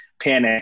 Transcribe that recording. panic